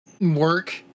work